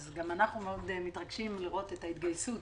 גם אנחנו מאוד מתרגשים לראות את ההתגייסות